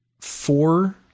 four